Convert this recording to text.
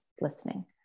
listening